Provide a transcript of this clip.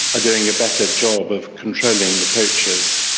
are doing a better job of controlling the poachers?